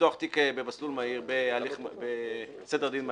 לפתוח תיק בסדר דין מהיר,